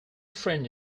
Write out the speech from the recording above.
friend